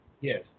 Yes